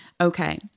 Okay